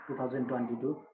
2022